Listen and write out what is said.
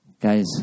Guys